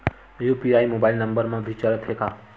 UPI mobile number मा भी चलते हे का?